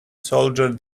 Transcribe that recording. soldier